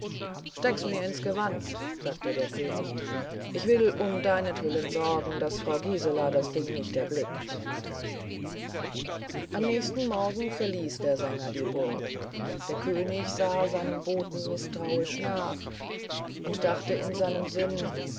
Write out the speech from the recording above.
stecke mir's ins gewand sagte der könig ich will um deinetwillen sorgen daß frau gisela das ding nicht erblickt am nächsten morgen verließ der sänger die burg der könig sah seinem boten mißtrauisch nach und dachte in seinem sinn